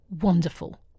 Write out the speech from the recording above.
wonderful